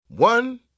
One